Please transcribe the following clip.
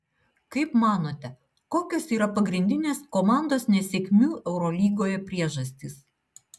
kaip manote kokios yra pagrindinės komandos nesėkmių eurolygoje priežastys